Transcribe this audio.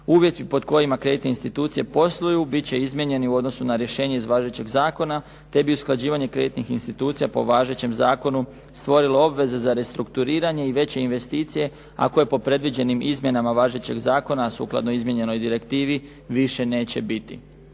Uvjeti pod kojima kreditne institucije posluju bit će izmijenjeni u odnosu na rješenje iz važećeg zakona te bi usklađivanje kreditnih institucija po važećem zakonu stvorilo obveze za restrukturiranje i veće investicije a koje po predviđenim izmjenama važećeg zakona sukladno izmijenjenoj direktivi više neće biti.